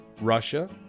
Russia